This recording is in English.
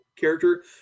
character